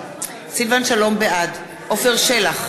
בעד עפר שלח,